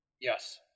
Yes